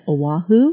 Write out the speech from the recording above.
Oahu